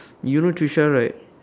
you know Tricia right